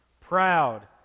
proud